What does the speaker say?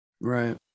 Right